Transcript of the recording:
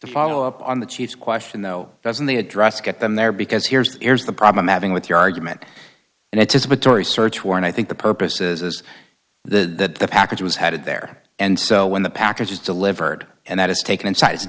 to follow up on the chief question though doesn't the address get them there because here's here's the problem having with your argument and it's about tory search warrant i think the purpose is the package was headed there and so when the packages delivered and that is taken insi